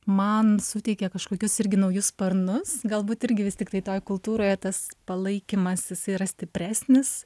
man suteikė kažkokius irgi naujus sparnus galbūt irgi vis tiktai toj kultūroje tas palaikymas jisai yra stipresnis